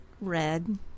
red